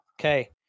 Okay